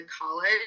college